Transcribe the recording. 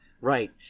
Right